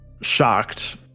shocked